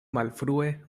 malfrue